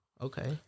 Okay